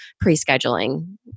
pre-scheduling